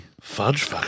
Fudge